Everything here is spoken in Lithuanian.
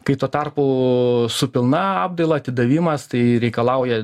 kai tuo tarpu su pilna apdaila atidavimas tai reikalauja